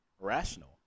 rational